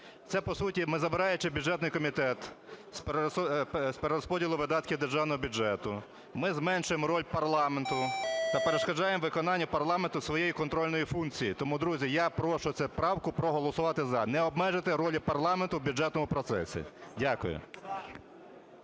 Це по суті ми, забираючи бюджетний комітет з перерозподілу видатків державного бюджету, ми зменшуємо роль парламенту та перешкоджаємо виконанню парламентом своєї контрольної функції. Тому, друзі, я прошу цю правку проголосувати "за". Не обмежуйте ролі парламенту в бюджетному процесі! Дякую.